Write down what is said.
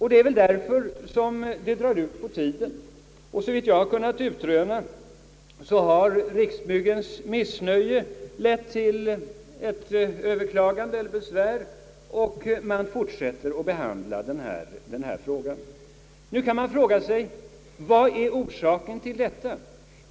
Det är väl därför som det drar ut på tiden. Såvitt jag har kunnat utröna har Riksbyggens missnöje lett till överklagande och besvär, och man fortsätter att behandla denna sak. Nu kan man fråga sig vad som är orsaken till allt detta.